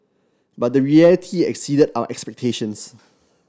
but the reality exceeded our expectations